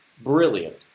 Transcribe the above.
brilliant